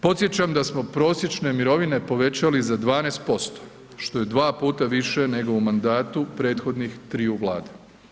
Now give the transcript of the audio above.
Podsjećam da smo prosječne mirovine povećali za 12% što je dva puta više u mandatu prethodnih triju vlada.